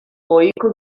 ohiko